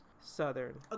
southern